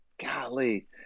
golly